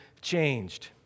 changed